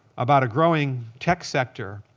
about a growing tech sector.